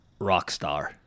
Rockstar